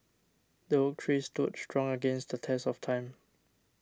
the oak tree stood strong against the test of time